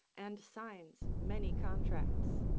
and signs many contracts.